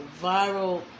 viral